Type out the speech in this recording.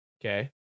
Okay